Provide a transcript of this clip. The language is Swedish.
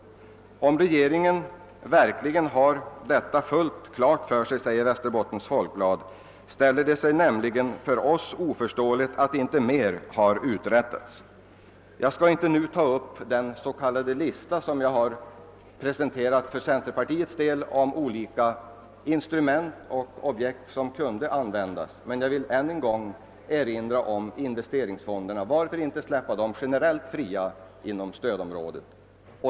Om regeringen har detta fullt klart för sig, säger Västerbottens Folkblad, ställer det sig nämligen för oss oförståeligt att inte mera har uträttats. Jag skall nu inte upprepa den s.k. lista jag presenterat för centerpartiets del om olika instrument och objekt som kunde användas. Jag vill blott ännu en gång erinra om investeringsfonderna. Varför släpper man inte dem generellt fria inom stödområdet?